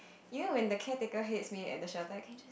you know when the caretaker hates me at the shelter I can just